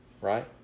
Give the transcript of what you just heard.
right